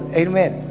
amen